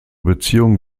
beziehung